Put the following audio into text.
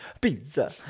Pizza